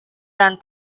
dan